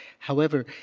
however,